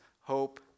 hope